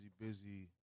busy